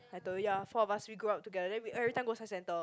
I told you ya four of us we grew up together we every time go science centre